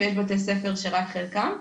ויש בתי ספר שרק חלקם.